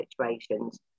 situations